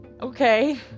Okay